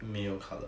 没有 colour